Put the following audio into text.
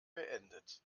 beendet